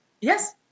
Yes